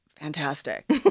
fantastic